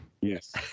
Yes